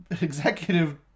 executive